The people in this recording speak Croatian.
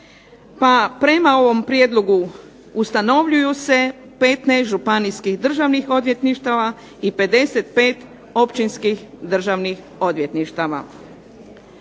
prema ovom prijedlogu ustanovljuju se 15 županijskih državnih odvjetništava i 55 općinskih državnih odvjetništava.